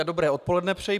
Dobré odpoledne přeji.